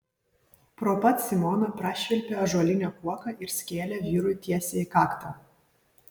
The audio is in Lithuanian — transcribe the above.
pro pat simoną prašvilpė ąžuolinė kuoka ir skėlė vyrui tiesiai į kaktą